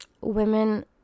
women